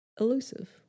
elusive